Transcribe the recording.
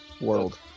world